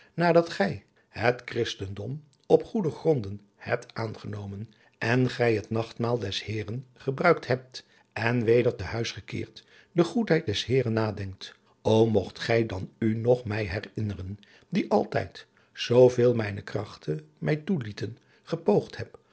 nadat gij het christendom op goede gronden hebt aangenomen en gij het nachtmaal des heeren gebruikt hebt en weder te huis gekeerd de goedheid des heeren nadenkt o mogt gij dan u nog mij herinneren die altijd zoo veel mijne krachten mij toelieten gepoogd heb